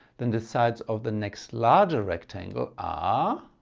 then the sides of the next larger rectangle ah